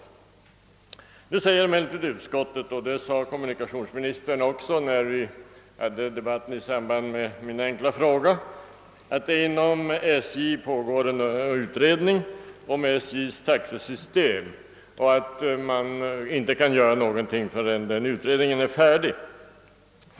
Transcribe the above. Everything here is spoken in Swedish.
Utskottet säger emellertid — det framhöll kommunikationsministern också under debatten i samband med min enkla fråga — att det inom SJ pågår en utredning om SJ:s taxesystem och att man inte kan göra någonting förrän den utredningen är färdig.